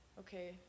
Okay